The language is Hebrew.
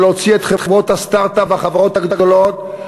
שלהוציא את חברות הסטרט-אפ והחברות הגדולות,